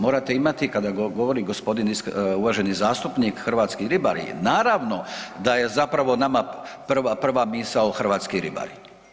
Morate imati, kada govori g. uvaženi zastupnik hrvatski ribari, naravno da je nama zapravo prva misao hrvatski ribari.